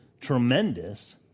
tremendous